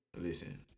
Listen